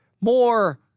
more